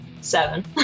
Seven